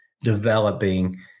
developing